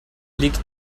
liegt